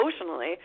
emotionally